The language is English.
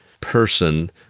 person